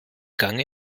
gange